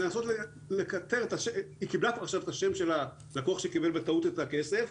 היא קיבלה את השם של הלקוח שקיבל בטעות את הכסף.